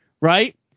right